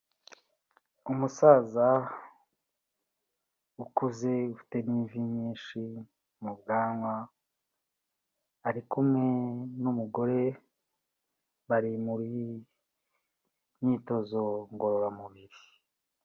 Umusaza ukuze ufite n'imvi nyinshi mu bwanwa, ari kumwe n'umugore bari mu myitozo ngororamubiri.